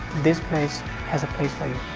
this place has a place for you.